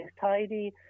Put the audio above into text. tidy